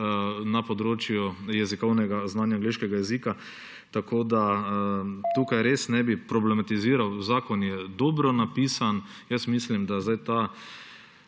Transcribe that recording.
na področju jezikovnega znanja, znanja angleškega jezika. Tako da tukaj res ne bi problematiziral. Zakon je dobro napisan. Mislim, da ta